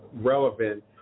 relevant